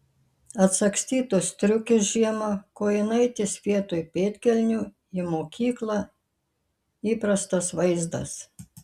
atsagstytos striukės žiemą kojinaitės vietoj pėdkelnių į mokyklą įprastas vaizdas